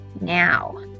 now